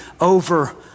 over